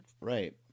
right